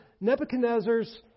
Nebuchadnezzar's